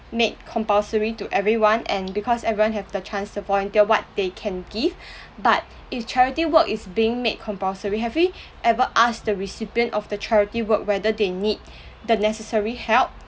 made compulsory to everyone and because everyone have the chance to volunteer what they can give but if charity work is being made compulsory have we ever asked the recipient of the charity work whether they need the necessary help